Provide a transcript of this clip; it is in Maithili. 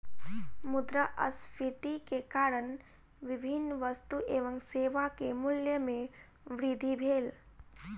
मुद्रास्फीति के कारण विभिन्न वस्तु एवं सेवा के मूल्य में वृद्धि भेल